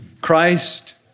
Christ